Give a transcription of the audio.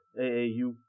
AAU